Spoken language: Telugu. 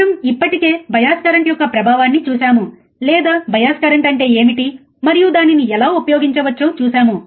మనం ఇప్పటికే బయాస్ కరెంట్ యొక్క ప్రభావాన్ని చూశాము లేదా బయాస్ కరెంట్ అంటే ఏమిటి మరియు దానిని ఎలా ఉపయోగించవచ్చో చూశాము